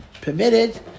permitted